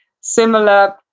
similar